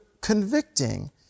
convicting